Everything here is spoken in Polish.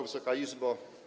Wysoka Izbo!